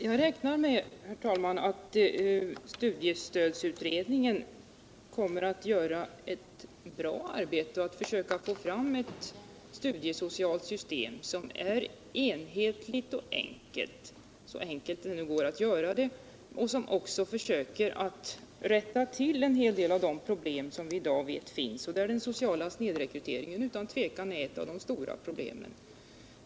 Herr talman! Jag räknar med att studiestödsutredningen kommer att göra ett bra arbete och försöka få fram ett studiesocialt system som är enhetligt och enkelt — så enkelt det går att göra det — och som också försöker rätta till en hel del av de problem som vi i dag vet finns och där den sociala snedrekryteringen utan tvivel är ett av de stora problemen.